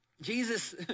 Jesus